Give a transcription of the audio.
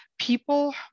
people